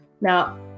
Now